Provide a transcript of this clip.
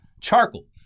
charcoal